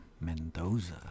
Mendoza